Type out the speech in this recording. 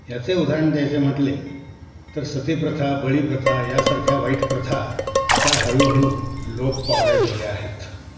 याचे उदाहरण द्यायचे म्हटले तर सती प्रथा बळी प्रथा यासारख्या वाईट प्रथा आता हळूहळू लोप पावल्या गेल्या आहेत